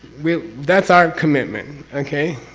we. that's our commitment. okay?